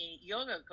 yoga